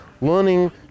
learning